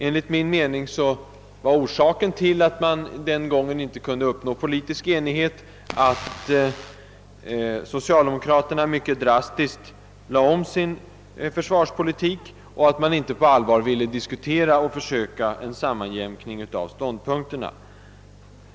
Enligt min mening var orsaken till att man den gången inte kunde uppnå politisk enighet, att socialdemokraterna mycket drastiskt lade om sin försvarspolitik och inte på allvar ville diskutera och försöka åstadkomma en sammanjämkning av ståndpunkterna.